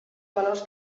valors